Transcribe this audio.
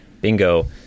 Bingo